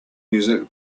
music